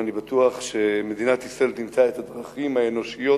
ואני בטוח שמדינת ישראל תמצא את הדרכים האנושיות,